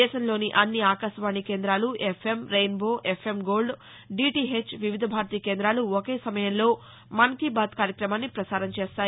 దేశంలోని అన్ని ఆకాశవాణి కేంద్రాలు FM rainbow FM gold DTH Vividh Bharati కేందాలు ఒకే సమయంలో మన్ కీ బాత్ కార్యక్రమాన్ని పసారం చేస్తాయి